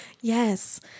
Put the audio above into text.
Yes